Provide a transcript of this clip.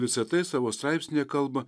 visa tai savo straipsnyje kalba